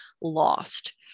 lost